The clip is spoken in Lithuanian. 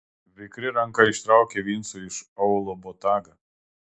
vikri ranka ištraukė vincui iš aulo botagą